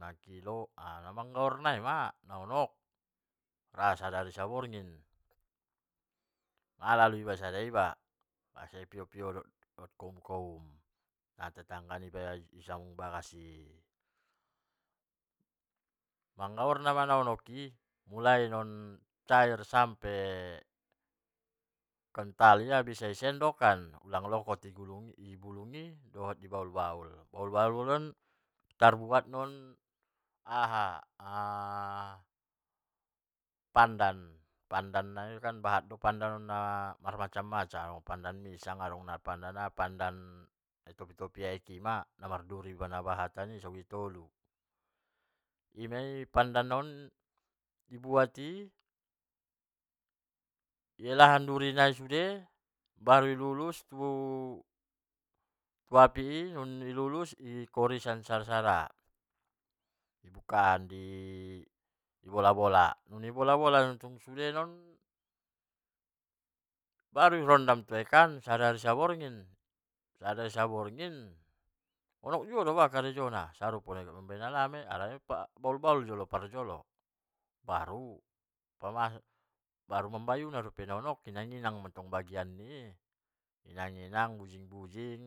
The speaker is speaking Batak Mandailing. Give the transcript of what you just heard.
Sakilo namanggaor nai ma nahonok rasadari saborngin nalalu iba sada iba, maka ipio-pio dohto koum-koum tetangga niba abagas i, manggaor-gaor na ma anhonok, mulai non cair ia same kental nabisa di sendokan, ulang lokot ia tu bulu i dohot bahul-bahul, bahul-bahul on tarbuat ngen aha pandan. pandai nai bahat do kan pandan on marmacam-macam adong na pandan misang, adong na pandan na ditopi aek i namarduri i nasegi tolu. iam pandan i di buat i di belahan duri nai sude baru di lulus tu api i, dung di lulus di korean sada-sada di bukaan di bola-bola, dung di bol-bola tong sude baru di rondam tu aek an sadari saborngin, sadari saborngin honok juo do ba karejo na sarupo dohot alame, alame bahul-bahul jolo di baen, baru mambayuna dope honok, inang-inang mantong again ni i, inang-inang, bujing-bujing.